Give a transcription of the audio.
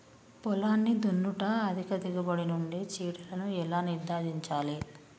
పొలాన్ని దున్నుట అధిక దిగుబడి నుండి చీడలను ఎలా నిర్ధారించాలి?